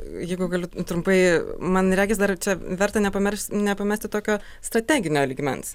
jeigu galiu trumpai man regis dar čia verta nepamers nepamesti tokio strateginio lygmens